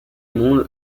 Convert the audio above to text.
monde